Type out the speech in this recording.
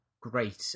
great